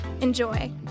Enjoy